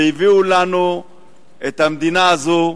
והביאו לנו את המדינה הזאת.